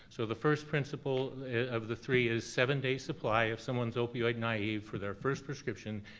so the first principle of the three is seven-day supply, if someone's opioid naive for their first prescription,